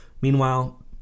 Meanwhile